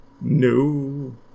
No